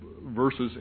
verses